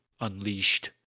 unleashed